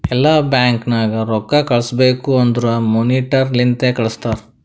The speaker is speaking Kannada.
ಎಲ್ಲಾ ಬ್ಯಾಂಕ್ ನಾಗ್ ರೊಕ್ಕಾ ಕಳುಸ್ಬೇಕ್ ಅಂದುರ್ ಮೋನಿಟರಿ ಲಿಂತೆ ಕಳ್ಸುತಾರ್